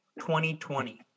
2020